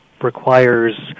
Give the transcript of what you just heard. requires